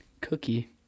cookie